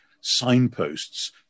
signposts